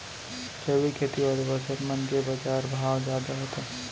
जैविक खेती वाले फसल मन के बाजार भाव जादा होथे